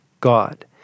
God